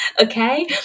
okay